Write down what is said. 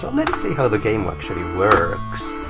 but let's see how the game actually works.